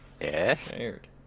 Shared